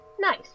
Nice